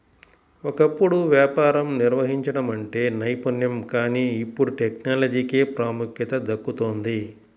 ఒకప్పుడు వ్యాపారం నిర్వహించడం అంటే నైపుణ్యం కానీ ఇప్పుడు టెక్నాలజీకే ప్రాముఖ్యత దక్కుతోంది